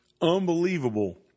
unbelievable